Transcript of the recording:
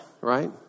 right